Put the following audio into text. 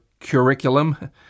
curriculum